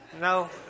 No